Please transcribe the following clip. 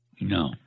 No